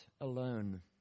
alone